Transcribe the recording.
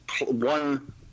one